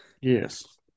yes